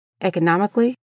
economically